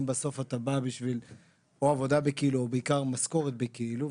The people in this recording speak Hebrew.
אם בסוף אתה בא לעבודה בכאילו או משכורת בכאילו,